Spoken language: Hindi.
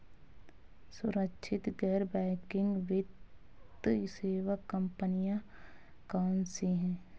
सुरक्षित गैर बैंकिंग वित्त सेवा कंपनियां कौनसी हैं?